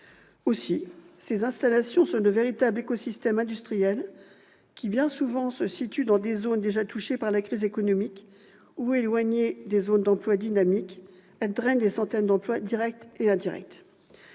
outre, ces installations sont de véritables écosystèmes industriels qui bien souvent se situent dans des zones déjà touchées par la crise économique ou éloignées des zones d'emplois dynamiques, qui drainent des centaines d'emplois directs et indirects.